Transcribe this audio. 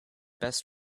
best